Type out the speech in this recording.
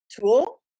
tool